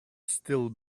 still